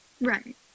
Right